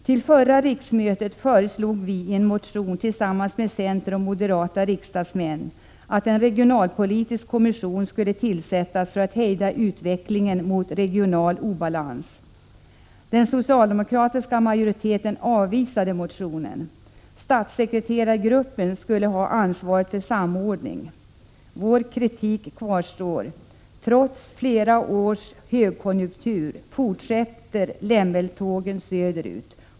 Till förra riksmötet föreslog vi i en motion tillsammans med centeroch moderatriksdagsmän att en regionalpolitisk kommission skulle tillsättas för att hejda utvecklingen mot regional obalans. Den socialdemokratiska majoriteten avvisade motionen. Statssekreterargruppen skulle ha ansvaret för samordning. Vår kritik kvarstår. Trots flera års högkonjunktur fortsätter lämmeltågen söder ut.